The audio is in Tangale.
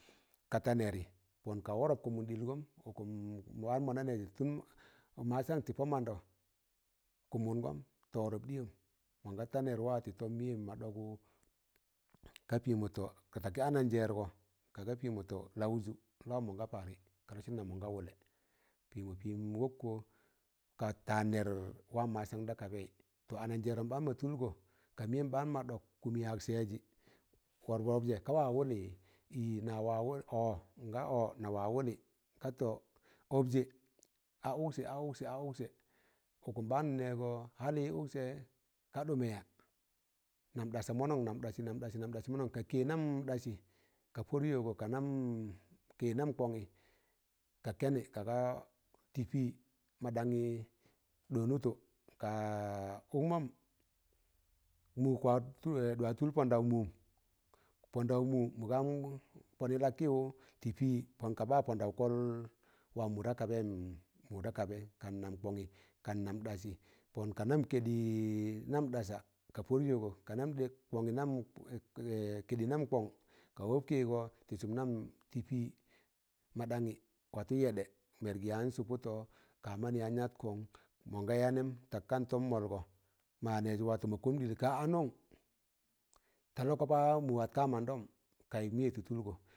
Ka ta nẹrị, pọn ka wọrọp kụmụn ɗịlgọm ụkụm ɓaan mọ na nẹjị tun masan tị pọ mandọ kụmụngọm tụ wọrọp ɗịyọm, mọnga ta nẹr wa tị tọm mịyẹm ma ɗọgụ, ka pịmọ tọ takị anajẹẹrgọ ka ga pịmọ tọ laụjụ a lawọm mọga parị ka lọsịn nam mọ ga wụlẹ pịmọ pịm wọkkọ ka tan nẹr wam masan da kabaị tọ ananjẹẹrọm baan ma tụlgọ, ka mịyẹm baan ma ɗọk kụmị yag sẹẹjị pọ wọrọp jẹ ka wa wụlị? ị ọ nga ọ na wa wụlị ka tọ ọbjẹ a ụksẹ a ụksẹ a ụksẹ, ụkụm baan n'nẹgọ hali ụksẹ ka ɗụmẹ ya? nam ɗasa mọnọn nam ɗasị nam ɗasị mọnọn ka kẹ' nam ɗasị ka pọd yọgọ, nam kẹ' nam, ka kẹnị ka ga tị pị moɗanyị ɗọnụtọ, ka ụkmọm, mụ ɗwat tụl pọndọụ mụm pọndọụ mụ, mụgan pọnị lakịyụ tị pi,̣ pọn ka ba pọndọụ kọl wam mụ da kabẹyịm mụ da kabai,̣ kam nam kọnyị, kan nam ɗasị, po ka nam kẹɗị anam ɗasẹ ka pọd yọgọ ka nam kọnyị nam kẹɗị nam kọn ka wọb kịịgọ tị sụm nam tị pị mọ ɗanyị watu yẹɗẹ mẹrgị yaan sụpụtọ, ka- manị yan yat kọn mọ ga nẹm tak kan tọm mọlgọ ma nẹz watụ kaa a nọn? ta lọkọ pa mụ wat ka- man dọm kayụk mẹye tị tụlgọ.